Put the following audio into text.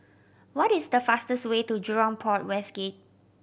what is the fastest way to Jurong Port West Gate